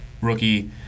rookie